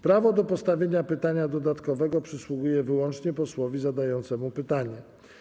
Prawo do postawienia pytania dodatkowego przysługuje wyłącznie posłowi zadającemu pytanie.